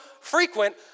frequent